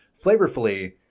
flavorfully